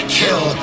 kill